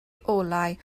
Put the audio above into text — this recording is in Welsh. olau